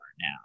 now